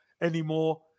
anymore